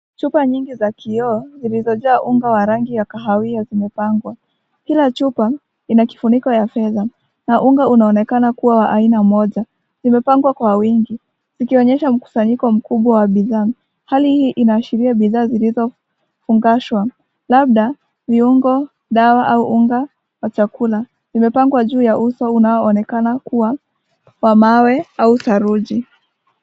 Chupa nyingi za kioo zilizojazwa unga wa rangi ya kahawia zimepangwa. Kila chupa ina kifuniko ya fedha na unga unaonekana kuwa wa aina moja. Zimepangwa kwa wingi, zikionyesha mkusanyiko mkubwa wa bidhaa. Hali hii inaashiria bidhaa zilizofungashwa, labda viungo, dawa au unga wa chakula. Zimepangwa juu ya uso unaoonekana kuwa wa mawe au saruji.